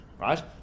right